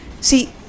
See